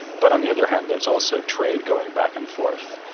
but on the other hand there's also trade going back and forth,